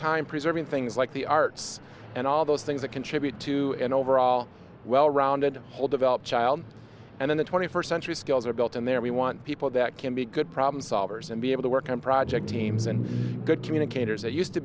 time preserving things like the arts and all those things that contribute to an overall well rounded whole developed child and in the twenty first century skills are built in there we want people that can be good problem solvers and be able to work on projects teams and good communicators that used to